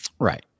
Right